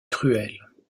cruels